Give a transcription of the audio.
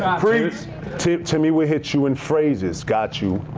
phrase to to me we hit you in phrases got you.